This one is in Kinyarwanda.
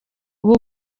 ubu